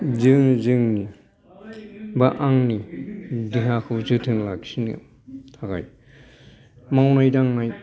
जों जोंनि बा आंनि देहाखौ जोथोन लाखिनो थाखाय मावनाय दांनाय